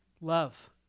Love